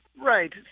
Right